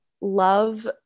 love –